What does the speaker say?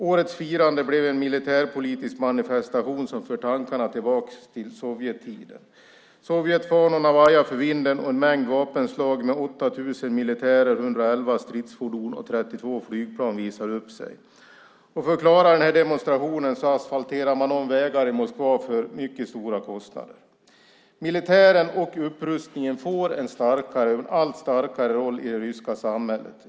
Årets firande blev en militärpolitisk manifestation som för tankarna till sovjettiden. Sovjetfanorna vajade för vinden och en mängd vapenslag med 8 000 militärer, 111 stridsfordon och 32 flygplan visade upp sig. För att klara demonstrationen asfalterade man om vägar i Moskva för mycket stora kostnader. Militären och upprustningen får en allt starkare roll i det ryska samhället.